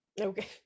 okay